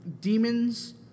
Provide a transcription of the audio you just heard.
Demons